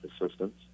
assistance